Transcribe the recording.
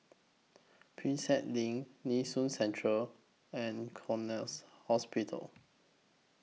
Prinsep LINK Nee Soon Central and Connexion Hospital